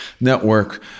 Network